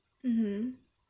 mmhmm